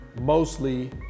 mostly